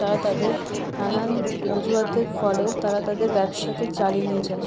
তারা তাদের নানান অজুহাতের ফলেও তারা তাদের ব্যবসাকে চালিয়ে নিয়ে যায়